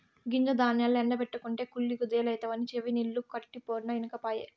గింజ ధాన్యాల్ల ఎండ బెట్టకుంటే కుళ్ళి కుదేలైతవని చెవినిల్లు కట్టిపోరినా ఇనకపాయె